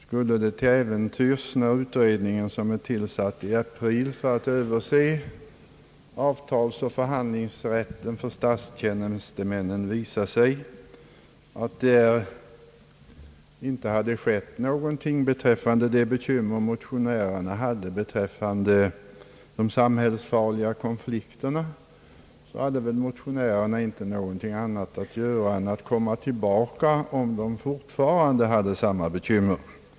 Skulle till äventyrs den utredning som tillsattes i april i år med uppgift att överse avtalsoch förhandlingsrätten för statstjänstemännen visa att ingenting har skett i fråga om de bekymmer som motionärerna haft när det gäller de samhällsfarliga konflikterna återstår väl bara för motionärerna att komma tillbaka, om de alltjämt har samma bekymmer.